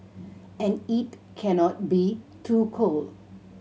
and it cannot be too cold